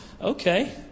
Okay